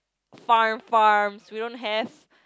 farm farms we don't have